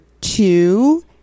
two